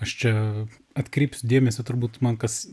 aš čia atkreipsiu dėmesį turbūt man kas